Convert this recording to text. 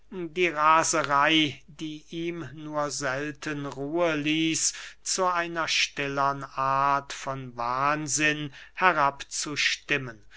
die raserey die ihm nur selten ruhe ließ zu einer stillern art von wahnsinn